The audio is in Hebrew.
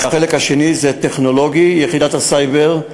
והחלק השני זה טכנולוגי, יחידת הסייבר.